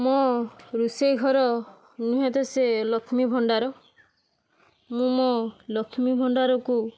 ମୋ ରୁଷେଇ ଘର ନୁହେଁ ତ ସିଏ ଲକ୍ଷ୍ମୀ ଭଣ୍ଡାର ମୁଁ ମୋ ଲକ୍ଷ୍ମୀ ଭଣ୍ଡାରକୁ